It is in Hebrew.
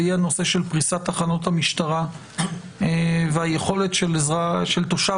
והיא הפריסה של תחנות המשטרה והיכולת של תושב